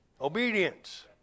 Obedience